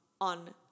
on